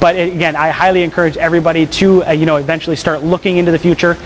but again i highly encourage everybody to you know eventually start looking into the future